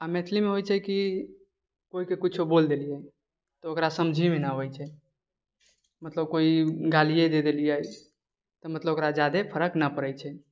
आओर मैथिलीमे होए छै की कोइके किछु बोलि देलिए ओकरा समझेमे नहि आबै छै मतलब कोइ गालिए दे देलिए मतलब ओकरा ज्यादे फरक नहि पड़ै छै